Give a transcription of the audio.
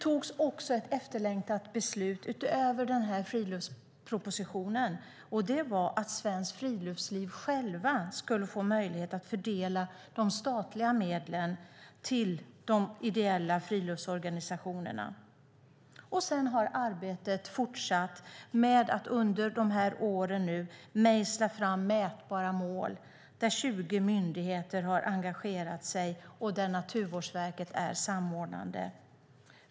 Utöver den här friluftspropositionen fattades det också ett efterlängtat beslut, och det var att Svenskt Friluftsliv själva skulle få möjlighet att fördela de statliga medlen till de ideella friluftsorganisationerna. Sedan har arbetet med att mejsla fram mätbara mål fortsatt under de här åren. Där har 20 myndigheter engagerat sig, och Naturvårdsverket är samordnande.